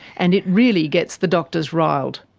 and it really gets the doctors riled.